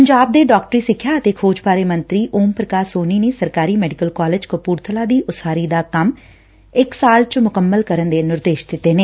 ਪੰਜਾਬ ਦੇ ਡਾਕਟਰੀ ਸਿੱਖਿਆ ਤੇ ਖੋਜ ਬਾਰੇ ਮੰਤਰੀ ਓਮ ਪ੍ਰਕਾਸ਼ ਸੋਨੀ ਨੇ ਸਰਕਾਰੀ ਮੈਡੀਕਲ ਕਾਲਜ ਕਪੁਰਥਲਾ ਦੀ ਉਸਾਰੀ ਦਾ ਕੰਮ ਇਕ ਸਾਲ ਚ ਮੁਕੰਮਲ ਕਰਨ ਦੇ ਨਿਰਦੇਸ਼ ਦਿੱਤੇ ਨੇ